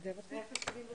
לגבי אקדמאים,